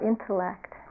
intellect